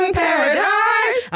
paradise